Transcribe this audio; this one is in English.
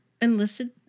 enlisted